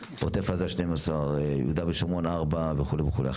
עוטף עזה 12, יהודה ושומרון 4 וכו' וכו'.